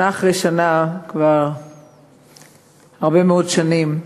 שנה אחרי שנה, כבר הרבה מאוד שנים,